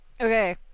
Okay